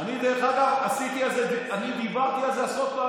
אני אמרתי את זה בפירוש, מה זאת אומרת?